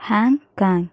Hong Kong